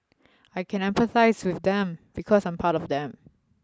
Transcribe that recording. I can empathise with them because I'm part of them